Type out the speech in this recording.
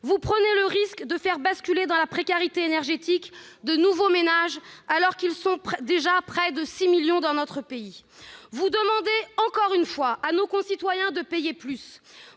vous prenez le risque de faire basculer dans la précarité énergétique de nouveaux ménages, alors qu'ils sont déjà près de 6 millions dans notre pays ! Vous demandez encore une fois à nos concitoyens de payer plus.